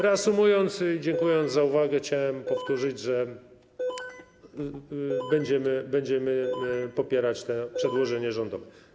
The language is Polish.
Reasumując i dziękując za uwagę, chciałem powtórzyć, że będziemy popierać to przedłożenie rządowe.